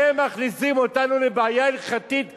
אתם מכניסים אותנו לבעיה הלכתית נוראה.